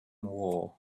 war